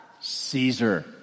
Caesar